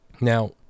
Now